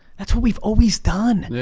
that's what we've always done.